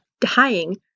dying